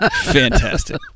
fantastic